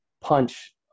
punch